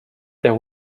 there